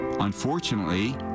Unfortunately